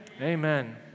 Amen